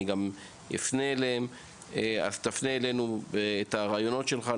הפנה אלינו את הרעיונות שלך,